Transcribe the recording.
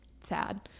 sad